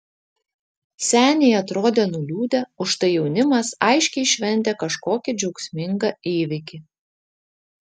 seniai atrodė nuliūdę užtai jaunimas aiškiai šventė kažkokį džiaugsmingą įvykį